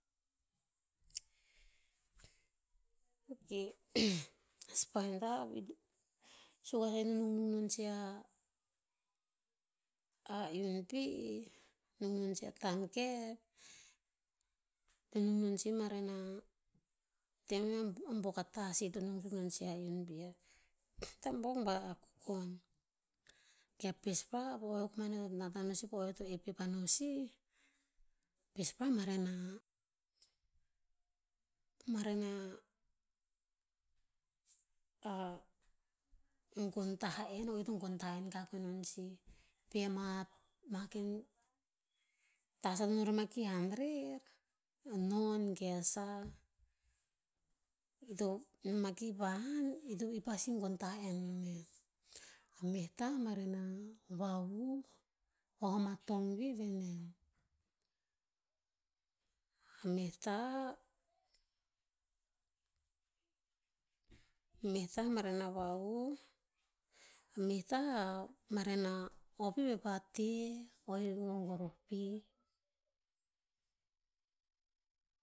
Ok, a spider veh to, suk asah ito nungnung on sih a iun pih, nung non sih a tan keve, to nung non sih marena, te me a- a buok a tah sih to nung suk non sih a iun pih. Ta buok ba kukon. Ok pespa po vakokoman eo to nat ano sih po o eo to epep ane sih, pespa maren nah, maren nah, a, gon tah en, o ito gon tah ei kakoe non sih. Pi ama, ma ken tah sah no rema ki han rer, a non ge asah. Ito noma kipa han, ito i pasi gon tah en no nen. A meh tah, maren na vavuh, vavuh ama tong pi veh nen. A meh tah, meh tah maren na vavuh, a meh tah a, maren na, o pi veh pa ti, o gogoroh pi.